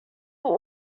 will